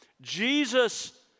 Jesus